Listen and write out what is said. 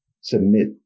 submit